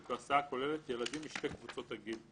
בהסעה הכוללת ילדים משתי קבוצות הגיל .